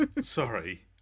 Sorry